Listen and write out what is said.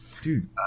dude